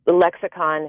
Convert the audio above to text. lexicon